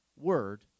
word